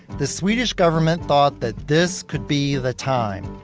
the swedish government thought that this could be the time.